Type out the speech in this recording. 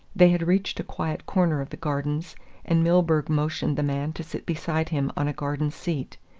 they had reached a quiet corner of the gardens and milburgh motioned the man to sit beside him on a garden seat.